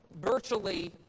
virtually